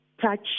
touch